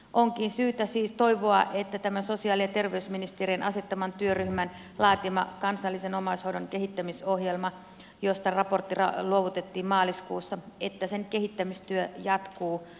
onkin syytä siis toivoa että tämän sosiaali ja terveysministeriön asettaman työryhmän kansallisen omaishoidon kehittämisohjelman josta raportti luovutettiin maaliskuussa kehittämistyö jatkuu